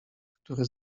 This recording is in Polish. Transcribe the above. który